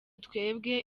twebwe